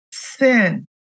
Sin